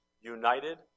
United